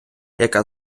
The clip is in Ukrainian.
яка